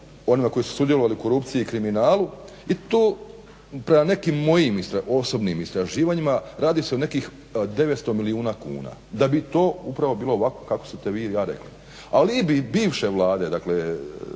onima koji su sudjelovali u korupciji i kriminalu i to prema nekim mojim osobnim istraživanjima radi se o nekih 900 milijuna kuna, da bi to upravo bilo ovako kako ste vi i ja rekli. Alibi bivše Vlade, dakle